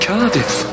Cardiff